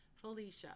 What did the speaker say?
felicia